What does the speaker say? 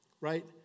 right